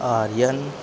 आर्यः